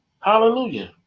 Hallelujah